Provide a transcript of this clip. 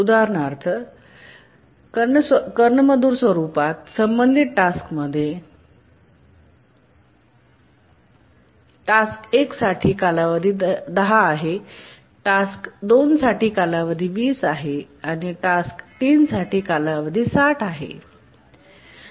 उदाहरणार्थ कर्ण मधुर स्वरुपात संबंधित टास्क सेटमध्ये टास्क 1 साठी कालावधी 10 आहे टास्क 2 साठी कालावधी 20 आहे आणि टास्क 3 साठी कालावधी 60 आहे